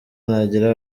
nagira